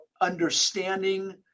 understanding